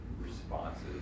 responses